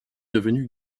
devenu